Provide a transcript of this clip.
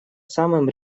самым